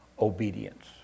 obedience